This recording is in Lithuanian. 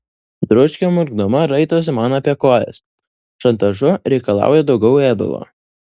dručkė murkdama raitosi man apie kojas šantažu reikalauja daugiau ėdalo